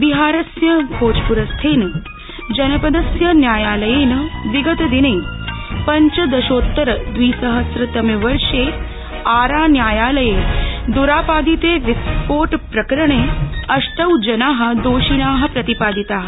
बिहारस्य भोजप्रस्थेन जनपदस्य न्यायालयेन विगतदिने पञ्चदशोत्तरद्विसहस्रतमेवर्ष आरा न्यायालये द्रापादिते विस्फोट प्रकरणे अष्टौ जना दोषिणा प्रतिपादिता